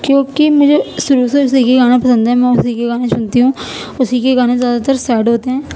کیونکہ مجھے شروع سے اسی کے گانا پسند ہیں میں اسی کے گانے سنتی ہوں اسی کے گانے زیادہ تر سیڈ ہوتے ہیں